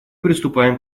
приступаем